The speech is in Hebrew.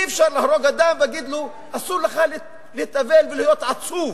אי-אפשר להרוג אדם ולהגיד לו: אסור לך להתאבל ולהיות עצוב.